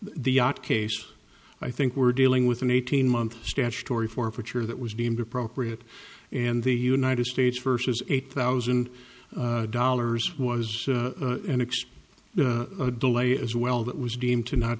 case i think we're dealing with an eighteen month statutory forfeiture that was deemed appropriate and the united states versus eight thousand dollars was annexed a delay as well that was deemed to not